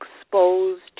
exposed